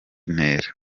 ntera